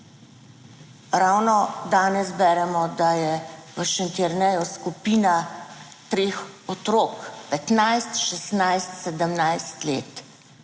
Ravno danes beremo, da je v Šentjerneju skupina treh otrok, 15, 16, 17 let,